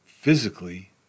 physically